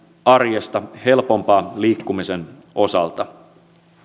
arjesta helpompaa liikkumisen osalta